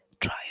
try